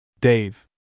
Dave